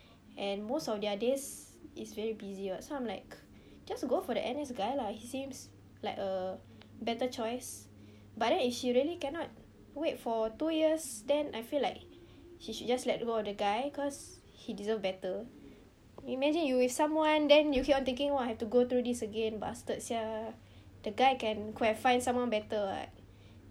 and most of their days is very busy [what] so I'm like just go for the N_S guy lah he seems like a better choice but then if she really cannot wait for two years then I feel like she should just let go of the guy cause he deserves better imagine you with someone then you keep on thinking why I have to go through this again bastard sia the guy can could've find someone better [what]